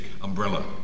umbrella